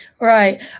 Right